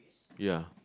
ya